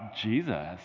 Jesus